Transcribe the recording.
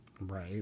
right